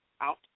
out